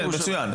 כן, כן, מצוין.